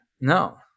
No